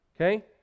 Okay